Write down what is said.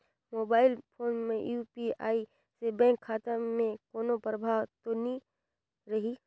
Mobile phone मे UPI से bank खाता मे कोनो प्रभाव तो नइ रही?